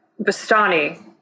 Bastani